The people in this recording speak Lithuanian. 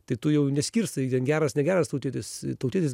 tai tu jau neskirstai į ten geras negeras tautietis tautietis